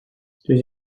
dwyt